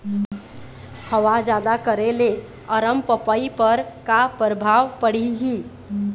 हवा जादा करे ले अरमपपई पर का परभाव पड़िही?